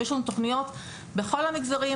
יש לנו תכניות בכל המגזרים,